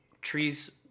Tree's